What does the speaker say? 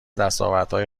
دستاوردهای